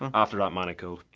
after that man